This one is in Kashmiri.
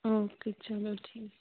اوکے چلو ٹھیٖک